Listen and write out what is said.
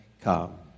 come